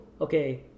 okay